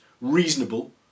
reasonable